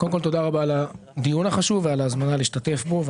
קודם כול תודה רבה על הדיון החשוב ועל ההזמנה להשתתף בו.